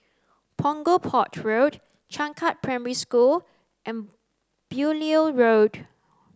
Punggol Port Road Changkat Primary School and Beaulieu Road